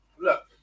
Look